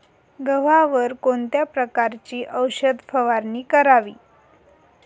गव्हावर कोणत्या प्रकारची औषध फवारणी करावी?